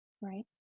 right